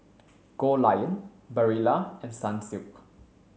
Goldlion Barilla and Sunsilk